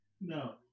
No